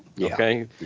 okay